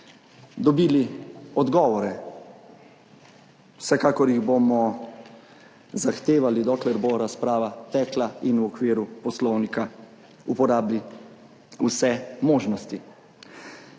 dobili odgovore. Vsekakor jih bomo zahtevali, dokler bo razprava tekla in v okviru poslovnika uporabili vse možnosti.